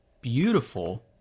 beautiful